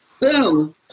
Boom